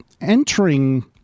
entering